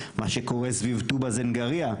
מה שקורה סביב טובא זנגרייה,